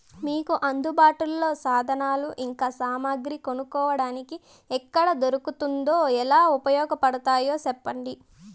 మీకు అందుబాటులో సాధనాలు ఇంకా సామగ్రి కొనుక్కోటానికి ఎక్కడ దొరుకుతుందో ఎలా ఉపయోగపడుతాయో సెప్పండి?